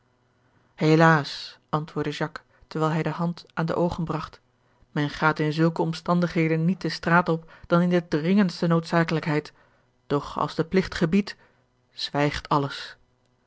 helaas antwoordde jacques terwijl hij de hand aan de oogen bragt men gaat in zulke omstandigheden niet de straat op dan in de dringendste noodzakelijkheid doch als de pligt gebiedt zwijgt alles